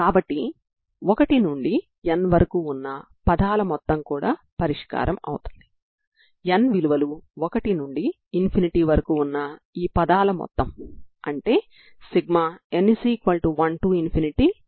కాబట్టి దీని నుండి n యొక్క విలువ కు మీరు Anని ఎలా పొందగలరు